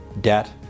debt